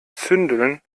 zündeln